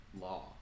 law